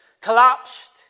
collapsed